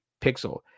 Pixel